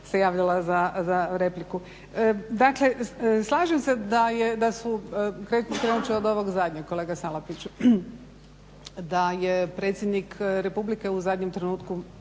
se javljala za repliku. Dakle, slažem se da su, krenut ću od ovog zadnjeg kolega Salapiću. Slažem se da je predsjednik Republike u zadnjem trenutku